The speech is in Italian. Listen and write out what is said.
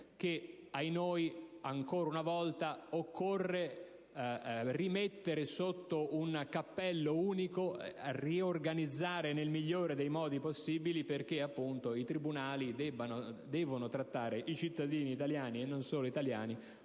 che, ahinoi, ancora una volta occorre rimettere sotto un cappello unico, riorganizzare nel migliore dei modi possibili, perché appunto i tribunali devono trattare i cittadini italiani - e non solo italiani